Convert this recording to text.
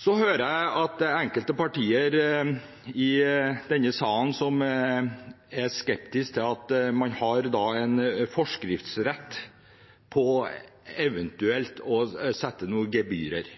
Så hører jeg at enkelte partier i denne salen er skeptiske til at man har en forskriftsrett til eventuelt å kreve noen gebyrer.